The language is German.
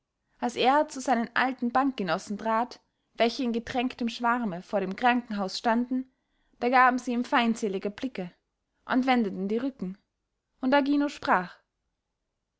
als er zu seinen alten bankgenossen trat welche in gedrängtem schwarme vor dem krankenhaus standen da gaben sie ihm feindselige blicke und wendeten die rücken und agino sprach